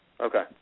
Okay